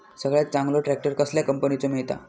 सगळ्यात चांगलो ट्रॅक्टर कसल्या कंपनीचो मिळता?